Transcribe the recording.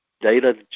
data